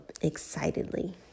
excitedly